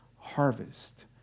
harvest